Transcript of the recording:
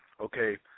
Okay